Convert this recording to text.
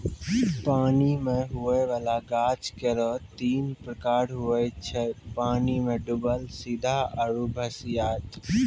पानी मे हुवै वाला गाछ केरो तीन प्रकार हुवै छै पानी मे डुबल सीधा आरु भसिआइत